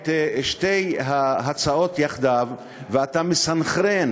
את שתי ההצעות יחדיו ואתה מסנכרן